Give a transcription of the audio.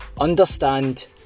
Understand